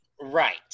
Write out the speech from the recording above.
Right